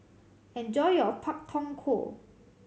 enjoy your Pak Thong Ko